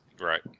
Right